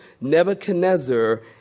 Nebuchadnezzar